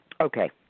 Okay